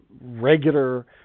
regular